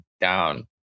down